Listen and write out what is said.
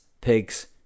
pigs